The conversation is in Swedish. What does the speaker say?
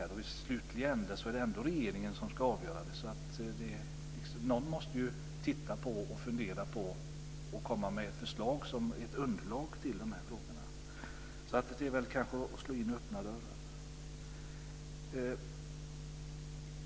Och i slutändan är det ändå regeringen som ska avgöra det. Någon måste ju se över detta och komma med ett förslag som ett underlag till dessa frågor. Detta är väl därför kanske att slå in öppna dörrar.